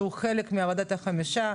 שהוא חלק מוועדת החמישה.